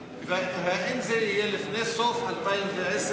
ואם זה יהיה לפני סוף 2010,